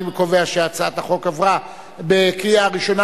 אני קובע שהצעת החוק עברה בקריאה ראשונה